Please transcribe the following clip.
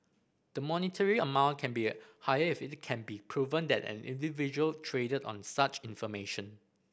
the monetary amount can be higher if it can be proven that an individual traded on such information